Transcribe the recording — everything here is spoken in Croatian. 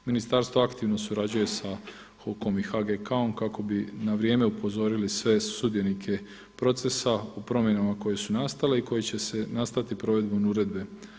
Ministarstvo aktivno surađuje sa HOK-om i HGK-om kako bi na vrijeme upozorili sve sudionike procesa o promjenama koje su nastale i koje će nastati provedbom uredbe.